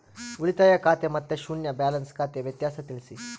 ಉಳಿತಾಯ ಖಾತೆ ಮತ್ತೆ ಶೂನ್ಯ ಬ್ಯಾಲೆನ್ಸ್ ಖಾತೆ ವ್ಯತ್ಯಾಸ ತಿಳಿಸಿ?